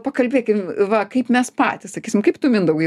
pakalbėkim va kaip mes patys sakysim kaip tu mindaugai